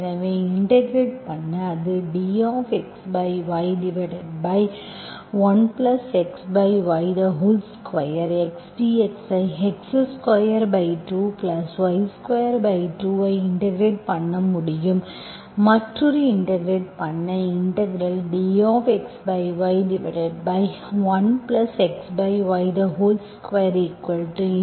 எனவே இன்டெகிரெட் பண்ண இது dxy1xy2 x dx ஐ x22 y22 ஐ இன்டெகிரெட் பண்ண முடியும் மற்றொரு இன்டெகிரெட் பண்ண dxy1xy2dZ1Z2ஆகும்